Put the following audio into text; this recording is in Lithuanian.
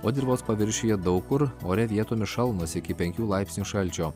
o dirvos paviršiuje daug kur ore vietomis šalnos iki penkių laipsnių šalčio